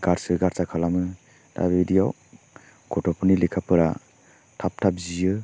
गारसो गारसा खालामो दा बिदियाव गथ'फोदनि लेखाफोरा थाब थाब जियो